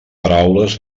paraules